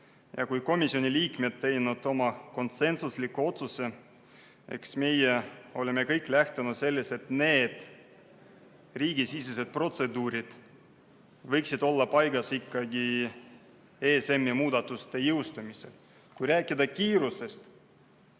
Kui komisjoni liikmed tegid oma konsensusliku otsuse, siis eks me kõik lähtusime sellest, et need riigisisesed protseduurid võiksid olla paigas ikkagi ESM‑i muudatuste jõustumise ajaks. Rääkides kiirusest,